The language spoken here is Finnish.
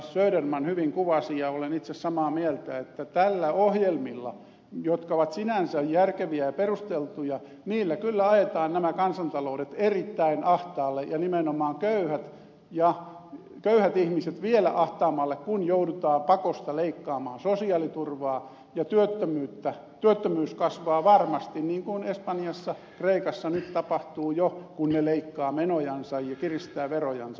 söderman hyvin kuvasi ja olen itse samaa mieltä että näillä ohjelmilla jotka ovat sinänsä järkeviä ja perusteltuja kyllä ajetaan nämä kansantaloudet erittäin ahtaalle ja nimenomaan köyhät ihmiset vielä ahtaammalle kun joudutaan pakosta leikkaamaan sosiaaliturvaa ja työttömyys kasvaa varmasti niin kuin espanjassa kreikassa nyt tapahtuu jo kun ne leikkaavat menojansa ja kiristävät verojansa